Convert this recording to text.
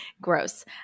Gross